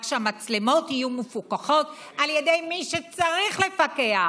רק שהמצלמות יהיו מפוקחות על ידי מי שצריך לפקח,